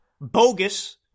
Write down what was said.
bogus